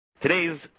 Today's